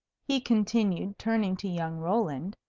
he continued, turning to young roland,